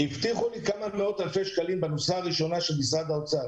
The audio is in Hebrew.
הבטיחו לי כמה מאות אלפי שקלים ב --- של משרד האוצר.